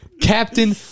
Captain